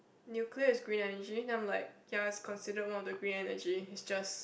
nuclear is green energy then I'm like ya it's considered one of the green energy it's just